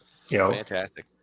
fantastic